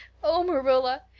oh, marilla,